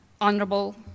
Honorable